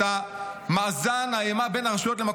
טוב יותר את מאזן האימה בין הרשויות.